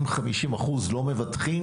אם 50% לא מבטחים